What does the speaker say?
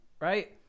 right